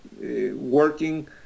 working